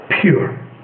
pure